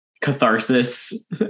catharsis